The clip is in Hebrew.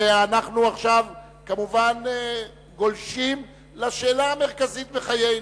ואנחנו עכשיו כמובן גולשים לשאלה המרכזית בחיינו: